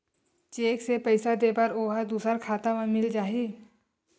Cheque से पईसा दे बर ओहा दुसर खाता म मिल जाही?